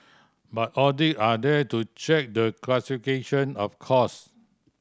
but audit are there to check the classification of cost